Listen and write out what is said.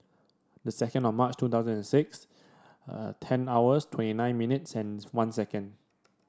the second of March two thousand and six ten hours twenty nine minutes and one second